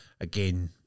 Again